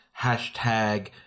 Hashtag